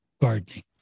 gardening